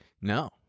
No